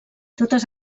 totes